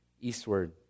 eastward